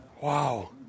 wow